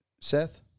Seth